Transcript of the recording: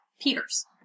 Peters